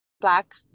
black